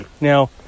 Now